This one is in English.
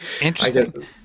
interesting